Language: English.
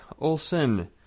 Olson